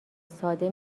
ساده